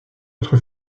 autre